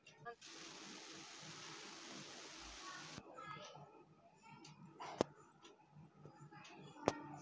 ఎర్ర నేల ఎలా రూపొందించబడింది?